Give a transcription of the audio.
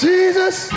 Jesus